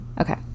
Okay